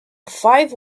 five